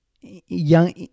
young